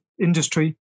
industry